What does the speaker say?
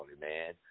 man